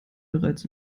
bereits